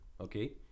okay